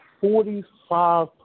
Forty-five